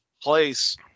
place